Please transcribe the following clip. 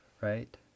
right